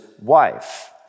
wife